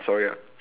sorry ah